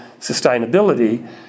sustainability